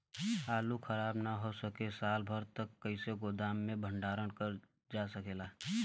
आलू खराब न हो सके साल भर तक कइसे गोदाम मे भण्डारण कर जा सकेला?